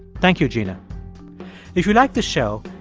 thank you, gina if you liked the show,